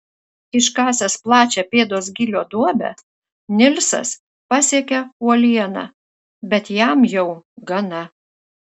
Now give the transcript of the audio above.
iškasęs plačią pėdos gylio duobę nilsas pasiekia uolieną bet jam jau gana